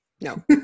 No